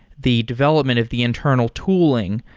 the development of the internal tool ing.